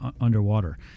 underwater